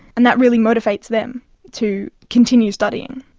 and that really motivates them to continue studying.